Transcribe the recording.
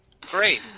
Great